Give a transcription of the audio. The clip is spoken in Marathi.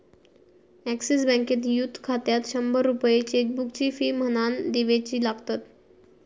एक्सिस बँकेत युथ खात्यात शंभर रुपये चेकबुकची फी म्हणान दिवचे लागतत